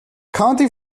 county